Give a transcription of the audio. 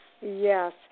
yes